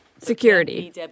Security